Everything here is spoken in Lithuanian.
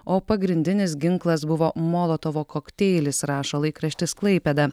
o pagrindinis ginklas buvo molotovo kokteilis rašo laikraštis klaipėda